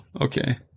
okay